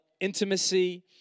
intimacy